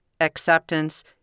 acceptance